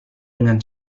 dengan